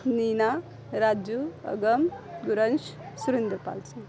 Nina Raju Agam Guransh Surinder Pal Singh